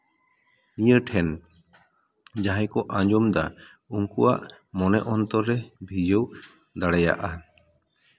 ᱢᱤᱭᱟᱹ ᱴᱷᱮᱱ ᱡᱟᱦᱟᱸᱭ ᱠᱚ ᱟᱸᱡᱚᱢᱮᱫᱟ ᱩᱱᱠᱩᱣᱟᱜ ᱢᱚᱱᱮ ᱚᱱᱛᱚᱨ ᱨᱮ ᱵᱷᱤᱡᱟᱹᱣ ᱫᱟᱲᱮᱭᱟᱜᱼᱟ